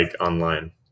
online